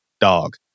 dog